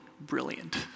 brilliant